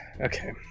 Okay